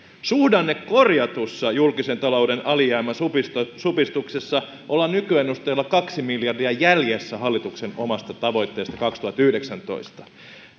suhdannekorjatussa julkisen talouden alijäämän supistuksessa supistuksessa ollaan nykyennusteella kaksi miljardia jäljessä hallituksen omasta tavoitteesta kaksituhattayhdeksäntoista